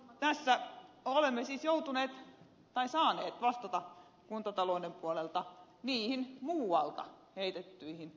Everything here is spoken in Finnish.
tässä olemme siis saaneet vastata kuntatalouden puolelta niihin muualta heitettyihin vaatimuksiin